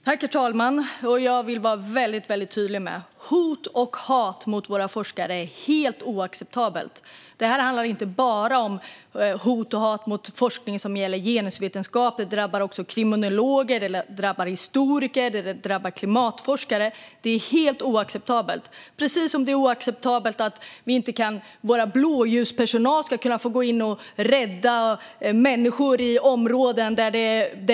Herr talman! Jag vill vara väldigt tydlig med att hot och hat mot våra forskare är helt oacceptabelt. Det här handlar inte bara om hot och hat mot forskning som gäller genusvetenskap. Det drabbar också kriminologer, historiker och klimatforskare. Det är helt oacceptabelt, precis som det är oacceptabelt att vår blåljuspersonal i vissa områden inte ska kunna gå in och rädda människor där det brinner.